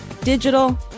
Digital